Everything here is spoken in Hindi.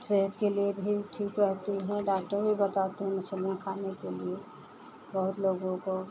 सेहत के लिए भी ठीक रहती हैं डॉक्टर भी बताते हैं मछलियाँ खाने के लिए बहुत लोगों को